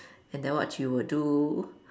and then what you would do